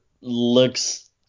looks